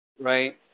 right